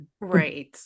Right